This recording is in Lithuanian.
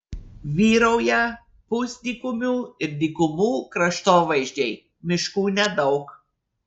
vyrauja pusdykumių ir dykumų kraštovaizdžiai miškų nedaug